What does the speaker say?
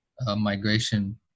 migration